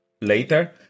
later